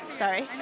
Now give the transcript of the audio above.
sorry.